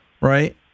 Right